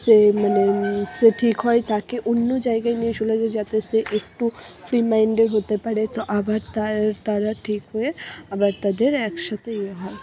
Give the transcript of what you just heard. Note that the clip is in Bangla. সে মানে সে ঠিক হয় তাকে অন্য জায়গায় নিয়ে চলে যায় যাতে সে একটু ফ্রি মাইন্ডের হতে পারে তো আবার তার তারা ঠিক হয়ে আবার তাদের একসাথে ইয়ে হয়